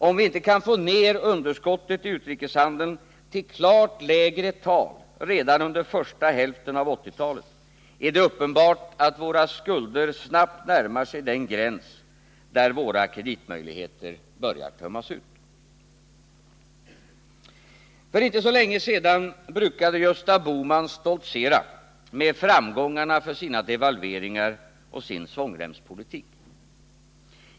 Om vi inte kan få ner underskottet i utrikeshandeln till klart lägre tal redan under första hälften av 1980-talet, är det uppenbart att våra skulder snabbt närmar sig den gräns där våra kreditmöjligheter börjar tömmas ut. För inte så länge sedan brukade Gösta Bohman stoltsera med framgångarna för sina devalveringar och sin svångremspolitik.